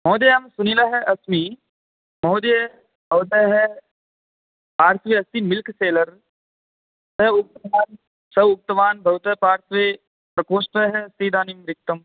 महोदय सुनिलः अस्मि महोदय भवतः पार्श्वे अस्ति मिल्क् सेलर् सः उक्तवान् सः उक्तवान् भवतः पार्श्वे प्रकोष्ठः अस्ति इदानीं रिक्तम्